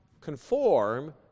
conform